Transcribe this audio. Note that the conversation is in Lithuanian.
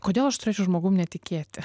kodėl aš turėčiau žmogum netikėti